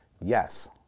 Yes